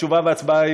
התשובה וההצבעה,